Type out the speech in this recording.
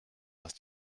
dass